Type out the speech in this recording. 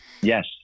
Yes